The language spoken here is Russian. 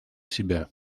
себя